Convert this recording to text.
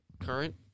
current